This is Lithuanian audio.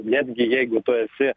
netgi jeigu tu esi